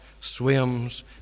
swims